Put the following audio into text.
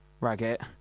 Raggett